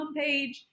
homepage